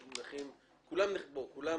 בואו,